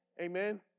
Amen